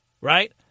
right